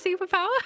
superpower